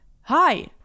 Hi